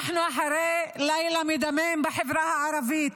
אנחנו אחרי לילה מדמם בחברה הערבית,